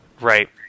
Right